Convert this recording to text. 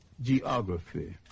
geography